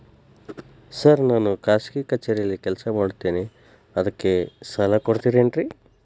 Sir ನಾನು ಖಾಸಗಿ ಕಚೇರಿಯಲ್ಲಿ ಕೆಲಸ ಮಾಡುತ್ತೇನೆ ಅದಕ್ಕೆ ಸಾಲ ಕೊಡ್ತೇರೇನ್ರಿ?